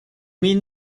mean